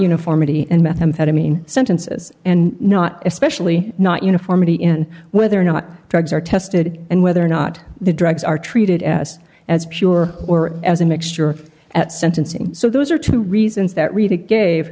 uniformity and methamphetamine sentences and not especially not uniformity in whether or not drugs are tested and whether or not the drugs are treated as as pure or as a mixture at sentencing so those are two reasons that really gave